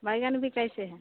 बैंगन भी कैसे है